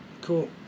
Cool